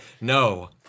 no